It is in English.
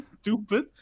stupid